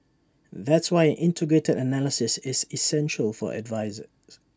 that's why an integrated analysis is essential for advertisers